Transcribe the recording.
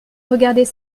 regarder